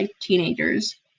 teenagers